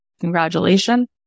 Congratulations